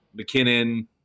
McKinnon